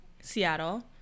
Seattle